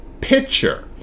picture